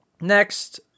next